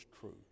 true